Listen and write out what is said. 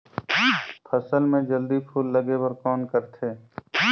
फसल मे जल्दी फूल लगे बर कौन करथे?